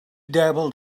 dabbled